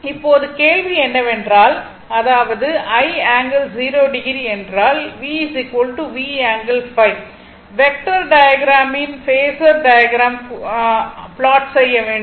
இப்போது கேள்வி என்னவென்றால் அதாவது I ∠0o என்றால் vV ஆங்கிள் ϕ வெக்டர் டையக்ராமின் பேஸர் டையக்ராம் ப்லாட் செய்ய வேண்டும்